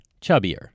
chubbier